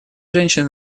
женщин